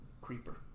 Creeper